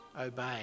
obey